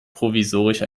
provisorisch